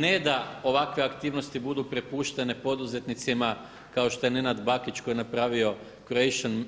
Ne da ovakve aktivnosti budu prepuštene poduzetnicima kao što je Nenad Bakić koji je napravio Croatian